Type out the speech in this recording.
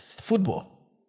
football